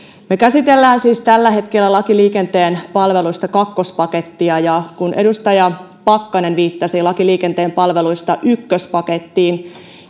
käsittelemme siis tällä hetkellä lain liikenteen palveluista kakkospakettia ja kun edustaja pakkanen viittasi lain liikenteen palveluista ykköspakettiin